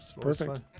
perfect